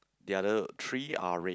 the other three are red